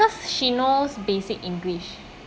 she knows basic english